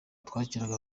twakiraga